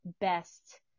best